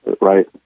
right